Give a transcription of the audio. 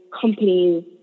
companies